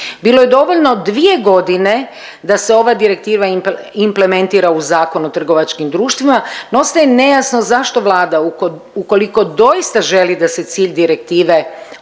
Bilo je dovoljno dvije godine da se ova direktiva implementira u Zakon o trgovačkim društvima, no ostaje nejasno zašto Vlada ukoliko doista želi da se cilj direktive ostvari,